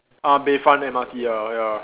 ah Bayfront M_R_T ya ya